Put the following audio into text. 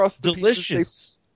delicious